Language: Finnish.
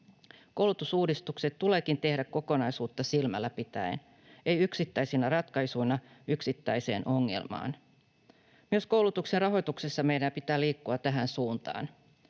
Koulutusuudistukset tuleekin tehdä kokonaisuutta silmällä pitäen, ei yksittäisinä ratkaisuina yksittäiseen ongelmaan. Myös koulutuksen rahoituksessa meidän pitää liikkua tähän suuntaan.